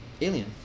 Alien